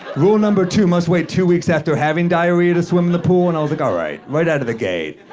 rule number two must wait two weeks after having diarrhea to swim in the pool, and i was like, all right, right out of the gate,